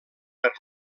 per